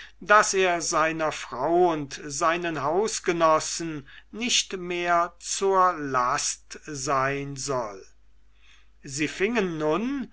daß er seiner frau und seinen hausgenossen nicht mehr zur last sein soll sie fingen nun